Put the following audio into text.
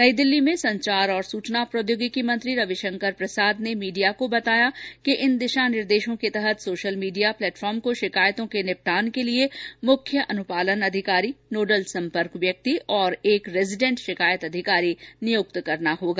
नई दिल्ली में संचार और सूचना प्रौद्योगिकी मंत्री रविशंकर प्रसाद ने मीडिया को बताया कि इन दिशानिर्देशों के तहत सोशल मीडिया प्लेटफॉर्म को शिकायतों के निपटान के लिए मुख्य अनुपालन अधिकारी नोडल संपर्क व्यक्ति और एक रेजिडेंट शिकायत अधिकारी नियुक्त करना होगा